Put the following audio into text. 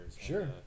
Sure